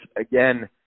again